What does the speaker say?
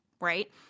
right